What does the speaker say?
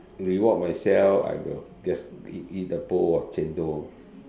reward myself I will just eat eat a bowl of chendol